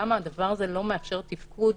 למה הדבר הזה לא מאפשר תפקוד